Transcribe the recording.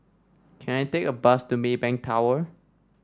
can I take a bus to Maybank Tower